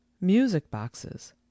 music-boxes